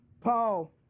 Paul